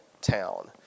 town